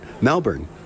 Melbourne